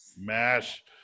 Mash